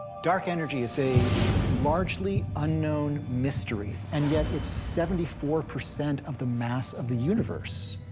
dark energy is a largely unknown mystery, and yet it's seventy four percent of the mass of the universe,